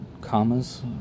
commas